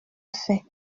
fait